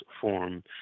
form